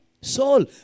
soul